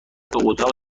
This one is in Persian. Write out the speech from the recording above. اتاق